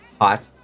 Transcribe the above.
hot